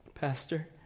Pastor